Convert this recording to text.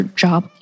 job